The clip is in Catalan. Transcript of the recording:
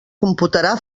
computarà